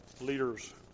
Leaders